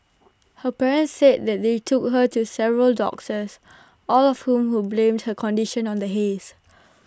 her parents said they took her to several doctors all of whom who blamed her condition on the haze